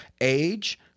Age